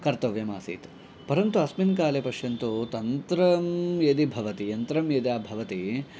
कर्तव्यमासीत् परन्तु अस्मिन्काले पश्यन्तु तन्त्रं यदि भवति यन्त्रं यदा भवति